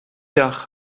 dag